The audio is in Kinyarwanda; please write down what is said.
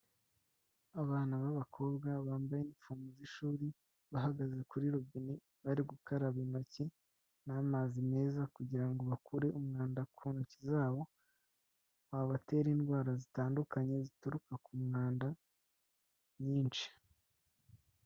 Abana b'abakobwa bambaye inifomo z'ishuri, bahagaze kuri robine, bari gukaraba intoki n'amazi meza kugira ngo bakure umwanda ku ntoki zabo, wababatera indwara zitandukanye zituruka ku mwanda nyinshi.